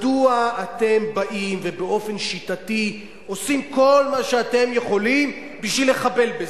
מדוע אתם באים ובאופן שיטתי עושים כל מה שאתם יכולים בשביל לחבל בזה?